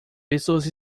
pessoas